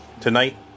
Tonight